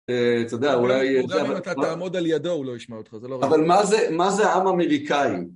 אה, אתה יודע, אולי... גם אם אתה תעמוד על ידו, הוא לא ישמע אותך, זה לא רגע. אבל מה זה, מה זה העם אמריקאי?